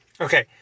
okay